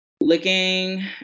looking